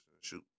shoot